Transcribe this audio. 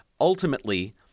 Ultimately